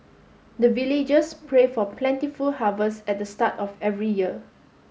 the villagers pray for plentiful harvest at the start of every year